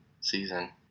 season